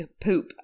poop